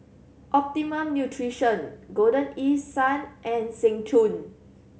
Optimum Nutrition Golden East Sun and Seng Choon